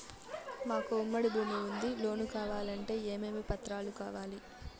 మాకు ఉమ్మడి భూమి ఉంది లోను కావాలంటే ఏమేమి పత్రాలు కావాలి?